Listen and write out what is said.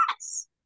yes